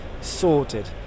sorted